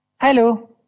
Hello